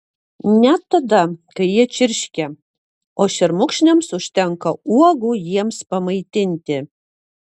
net tada kai jie čirškia o šermukšniams užtenka uogų jiems pamaitinti